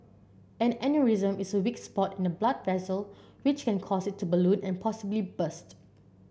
an aneurysm is a weak spot in a blood vessel which can cause it to balloon and possibly burst